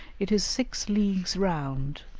it is six leagues round